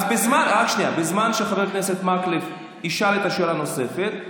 אז בזמן שחבר הכנסת מקלב ישאל את השאלה הנוספת,